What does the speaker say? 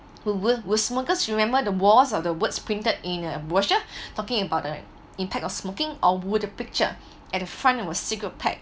who will will smokers remember the walls of the words printed in a brochure talking about the impact of smoking or would a picture at the front of a cigarette pack